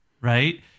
right